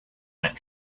that